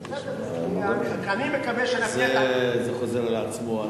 לצערנו, זה חוזר, אני מקווה, זה חוזר על עצמו,